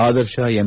Adarsh M